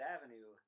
Avenue